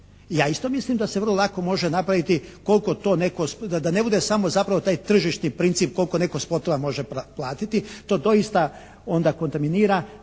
Ja isto mislim da se vrlo lako može napraviti koliko to netko, da ne budemo samo zapravo taj tržišni princip koliko netko smotova može platiti. To doista onda kontaminira,